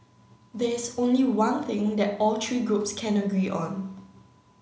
there is only one thing that all three groups can agree on